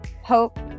hope